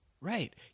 Right